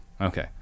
okay